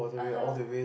(uh huh)